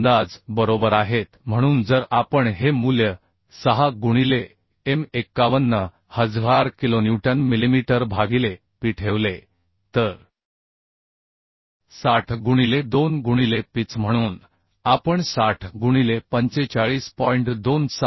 आपले अंदाज बरोबर आहेत म्हणून जर आपण हे मूल्य 6 गुणिले M 51000 किलोन्यूटन मिलिमीटर भागिले P ठेवले तर 60 गुणिले 2 गुणिले पिच म्हणून आपण 60 गुणिले 45